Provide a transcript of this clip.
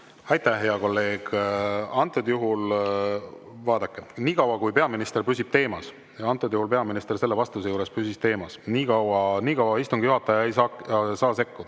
Aitäh, hea kolleeg! Vaadake, nii kaua, kui peaminister püsib teemas – antud juhul peaminister selle vastuse juures püsis teemas –, nii kaua istungi juhataja ei saa sekkuda.